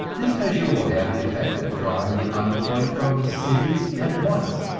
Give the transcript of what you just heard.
this measure will have the effect of drawing the unemployed from the cities at once,